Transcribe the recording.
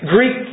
Greek